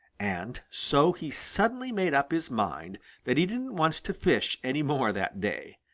and so he suddenly made up his mind that he didn't want to fish any more that day.